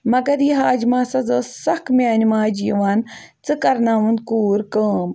مگر یہِ حاجہ ماس حظ ٲسۍ سخ میانہِ ماجہِ یِوان ژٕ کَرناوُن کوٗر کٲم